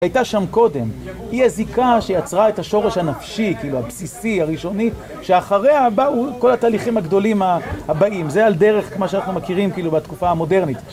הייתה שם קודם, היא הזיקה שיצרה את השורש הנפשי, כאילו הבסיסי, הראשוני, שאחריה באו כל התהליכים הגדולים הבאים, זה על דרך, כמו שאנחנו מכירים, כאילו בתקופה המודרנית.